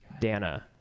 dana